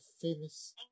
famous